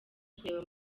kureba